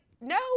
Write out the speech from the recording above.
no